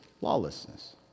lawlessness